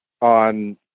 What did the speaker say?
on